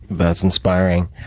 that's inspiring.